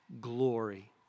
glory